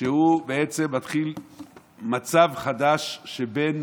שבה בעצם מתחיל מצב חדש בין